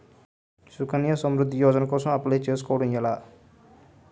సుకన్య సమృద్ధి యోజన కోసం అప్లయ్ చేసుకోవడం ఎలా?